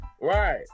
Right